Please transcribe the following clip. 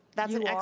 that's an yeah